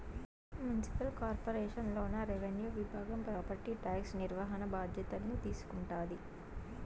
municipal corporation లోన revenue విభాగం property tax నిర్వహణ బాధ్యతల్ని తీసుకుంటాది